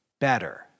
Better